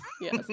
Yes